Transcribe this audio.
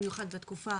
במיוחד בתקופה